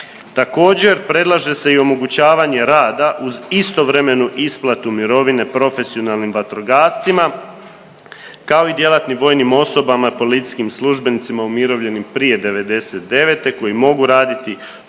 Također predlaže se i omogućavanje rada uz istovremenu isplate mirovine profesionalnim vatrogascima kao i djelatnim vojnim osobama i policijskim službenicima umirovljenim prije '99. koji mogu raditi pola